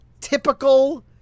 typical